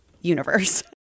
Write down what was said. universe